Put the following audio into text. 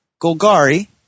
Golgari